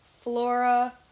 Flora